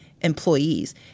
employees